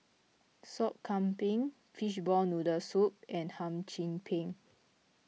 Sop Kambing Fishball Noodle Soup and Hum Chim Peng